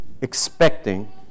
expecting